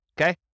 Okay